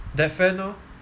that friend orh